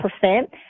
percent